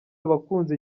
abakunzi